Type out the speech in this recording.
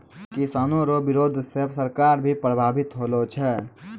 किसानो रो बिरोध से सरकार भी प्रभावित होलो छै